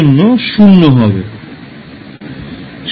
তাই শেষ পর্যন্ত e0 এ সমাকলনের মান হবে 1